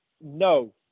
no